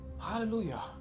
Hallelujah